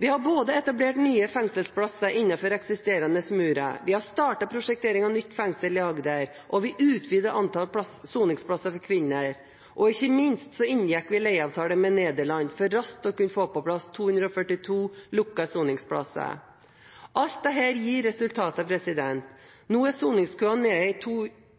Vi har etablert nye fengselsplasser innenfor eksisterende murer, vi har startet prosjektering av nytt fengsel i Agder, vi utvider antall plasser for kvinner, og ikke minst inngikk vi leieavtale med Nederland for raskt å få på plass 242 lukkede soningsplasser. Alt dette gir resultater. Nå er soningskøen nede i